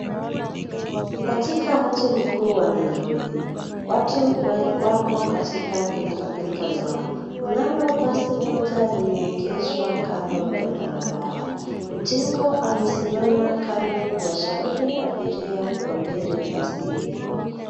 Ni katika mji mkuu wa Nairobi watu wako katika pilika pilika zao. Kunalo basi moja limeegezwa kando ya barabara. Utingo amesimama kando kuwashauri abiria wabiri basi hilo.